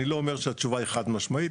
אני לא אומר שהתשובה היא חד משמעית,